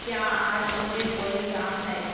کیا آج مجھے کوئی کام ہے